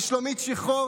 משלומית שיחור,